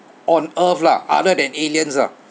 on earth lah other than aliens ah